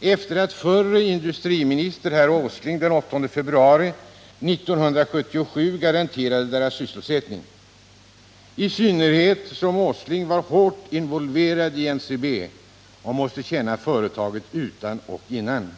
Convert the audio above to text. efter det att förre industriministern, herr Åsling, den 8 februari 1977 garanterade denna — i synnerhet som herr Åsling var hårt involverad i NCB och måste känna företaget utan och innan.